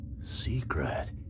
Secret